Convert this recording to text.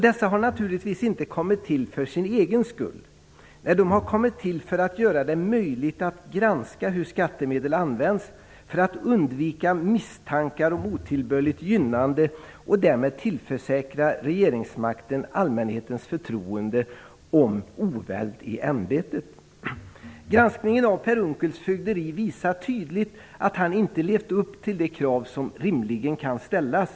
Dessa har naturligtvis inte kommit till för sin egen skull. De har kommit till för att göra det möjligt att granska hur skattemedel används och för att undvika misstankar om otillbörligt gynnande och därmed för att tillförsäkra regeringsmakten allmänhetens förtroende när det gäller oväld i ämbetet. Granskningen av Per Unckels fögderi visar tydligt att han inte levt upp till de krav som rimligen kan ställas.